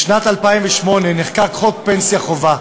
בשנת 2008 נחקק חוק פנסיה חובה,